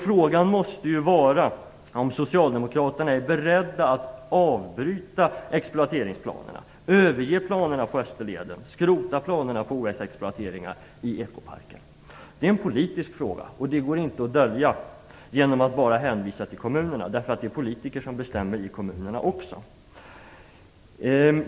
Frågan måste ju vara om Socialdemokraterna är beredda att avbryta exploateringsplanerna, överge planerna på Österleden, skrota planerna på OS-exploateringar i ekoparken. Det är en politisk fråga, och det går inte att dölja genom att bara hänvisa till kommunerna - det är politiker som bestämmer i kommunerna också.